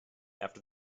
after